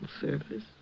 service